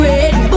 Red